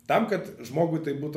tam kad žmogui tai būtų